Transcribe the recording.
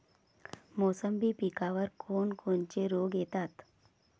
मोसंबी पिकावर कोन कोनचे रोग येतात?